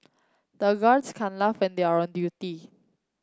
the guards can't laugh and they are on duty